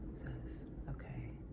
says, okay,